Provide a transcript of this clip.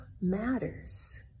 matters